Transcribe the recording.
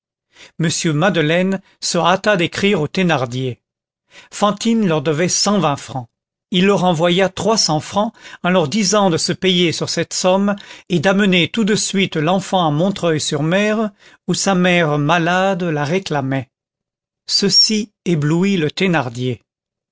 m madeleine se hâta d'écrire aux thénardier fantine leur devait cent vingt francs il leur envoya trois cents francs en leur disant de se payer sur cette somme et d'amener tout de suite l'enfant à montreuil sur mer où sa mère malade la réclamait ceci éblouit le thénardier